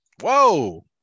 Whoa